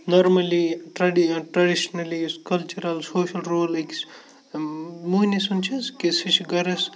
normally ٹرٛڈِ traditionally یُس cultural social role أکِس موہنی سُنٛد چھَس کہِ سُہ چھِ گَرَس